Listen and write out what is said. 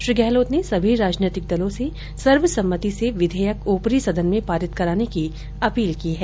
श्री गहलोत ने सभी राजनीतिक दलों से सर्वसम्मति से विधेयक ऊपरी सदन में पारित कराने की अपील की है